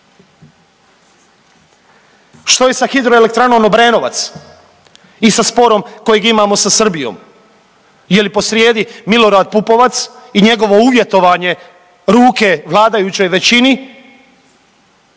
Što je sa hidroelektranom Obrenovac i sa sporom kojeg imamo sa Srbijom? Je li posrijedi Milorad Pupovac i njegovo uvjetovanje ruke vladajućoj većini